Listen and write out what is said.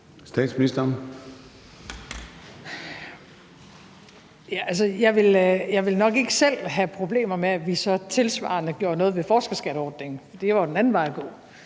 Frederiksen): Jeg ville nok ikke selv have problemer med, at vi så tilsvarende gjorde noget ved forskerskatteordningen. Det er jo den anden vej at gå.